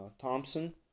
Thompson